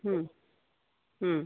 ಹ್ಞೂ ಹ್ಞೂ